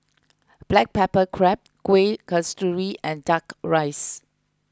Black Pepper Crab Kuih Kasturi and Duck Rice